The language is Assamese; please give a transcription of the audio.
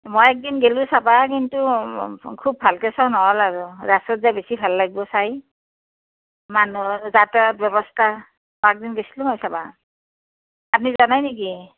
মই একদিন গেলো চাব কিন্তু খুব ভালকে চোৱা নহ'ল আৰু ৰাস্তাত যায় বেছি ভাল লাগিব চাই মানুহৰ যাতায়ত ব্যৱস্থা অ এদিন গৈছিলো মাই চাব আপুনি যোৱা নাই নেকি